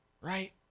Right